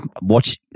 watch